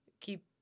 keep